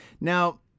Now